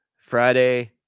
Friday